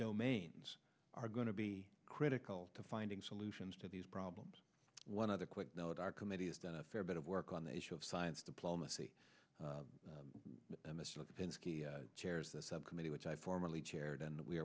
domains are going to be critical to finding solutions to these problems one other quick note our committee has done a fair bit of work on the issue of science diplomacy and chairs the subcommittee which i formally chaired and we